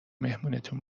مهمونتون